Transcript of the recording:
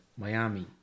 Miami